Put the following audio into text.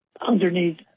underneath